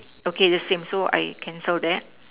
okay the same so I cancel that